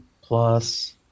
plus